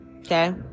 Okay